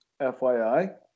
FYI